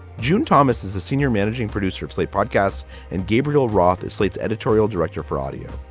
june thomas is the senior managing producer of slate podcasts and gabriel roth is slate's editorial director for audio.